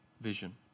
vision